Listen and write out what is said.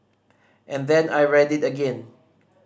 and then I read it again